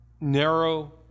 narrow